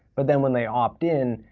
but then when they opt in,